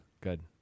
Good